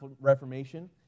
reformation